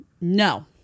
no